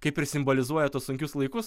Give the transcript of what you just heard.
kaip ir simbolizuoja tuos sunkius laikus nes nu